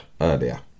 earlier